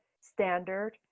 standard